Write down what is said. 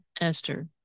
Esther